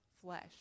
flesh